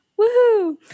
woohoo